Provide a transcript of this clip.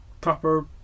proper